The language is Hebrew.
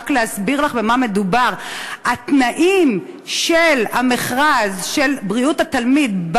רק להסביר לך במה מדובר: התנאים של המכרז הרגיל של בריאות התלמיד,